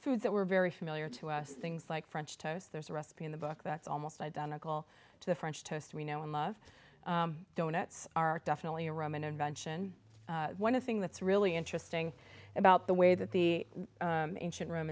foods that were very familiar to us things like french toast there's a recipe in the book that's almost identical to the french toast we know and love don't it are definitely a roman invention one of the thing that's really interesting about the way that the ancient rom